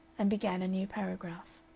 and began a new paragraph.